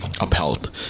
upheld